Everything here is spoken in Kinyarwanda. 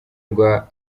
rwa